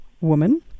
woman